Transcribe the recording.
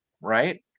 Right